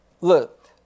Look